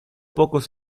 pocos